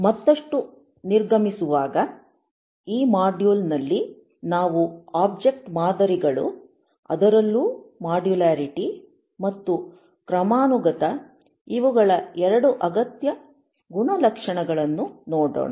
ಮತ್ತಷ್ಟು ನಿರ್ಮಿಸುವಾಗ ಈ ಮಾಡ್ಯೂಲ್ನಲ್ಲಿ ನಾವು ಒಬ್ಜೆಕ್ಟ್ ಮಾದರಿಗಳು ಅದರಲ್ಲೂ ಮಾಡ್ಯುಲ್ಯಾರಿಟಿ ಮತ್ತು ಕ್ರಮಾನುಗತ ಇವುಗಳ 2 ಅಗತ್ಯ ಗುಣಲಕ್ಷಣಗಳನ್ನು ನೋಡೋಣ